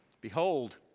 Behold